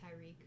Tyreek